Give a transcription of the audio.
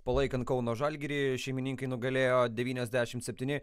palaikant kauno žalgirį šeimininkai nugalėjo devyniasdešim septyni